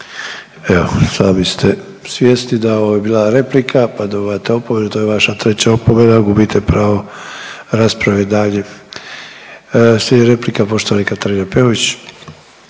Evo i sami ste svjesni da ovo je bila replika pa dobivate opomenu. To je vaša treća opomena. Gubite pravo rasprave dalje. Slijedi replika, poštovani Katarina Peović.